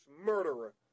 murderer